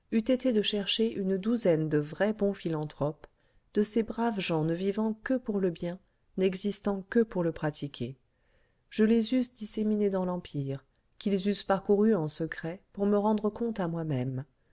de chercher une douzaine de vrais bons philanthropes de ces braves gens ne vivant que pour le bien n'existant que pour le pratiquer je les eusse disséminés dans l'empire qu'ils eussent parcouru en secret pour me rendre compte à moi-même